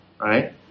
right